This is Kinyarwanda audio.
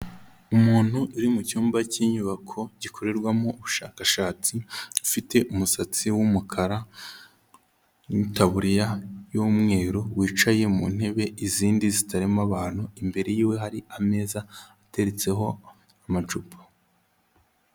Umuntu uri mu cyumba cy'inyubako gikorerwamo ubushakashatsi ufite umusatsi w'umukara n'itaburiya y'umweru wicaye mu ntebe izindi zitarimo abantu, imbere yiwe hari ameza ateretseho amacupa.